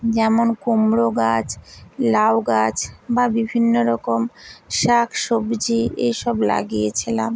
যেমন কুমড়ো গাছ লাউ গাছ বা বিভিন্ন রকম শাকসবজি এসব লাগিয়েছিলাম